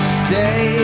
stay